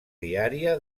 diària